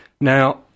now